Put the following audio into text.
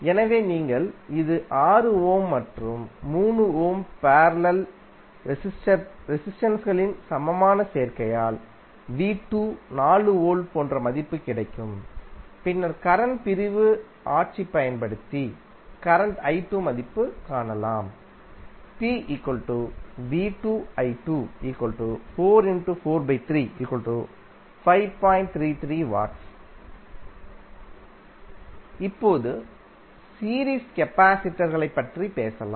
எனவே நீங்கள் இது 6 ஓம் மற்றும் 3 ஓம் பேரலல் ரெசிஸ்டென்ஸ்களின் சமமான சேர்க்கையால் 4 வோல்ட் போன்ற மதிப்பு கிடைக்கும்பின்னர் கரண்ட் பிரிவு ஆட்சி பயன்படுத்தி கரண்ட் மதிப்பு காணலாம் W இப்போது சீரீஸ் கபாசிடர் களைப் பற்றி பேசலாம்